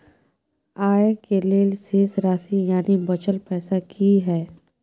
आय के लेल शेष राशि यानि बचल पैसा की हय?